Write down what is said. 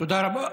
תודה רבה.